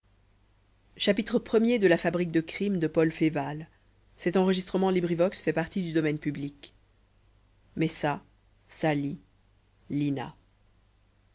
messa sali lina